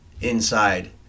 inside